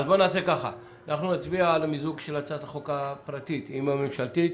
אנחנו נצביע על המיזוג של הצעת החוק הפרטית עם הממשלתית.